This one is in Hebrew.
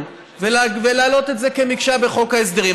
או להעלות את זה כמקשה אחת בחוק ההסדרים.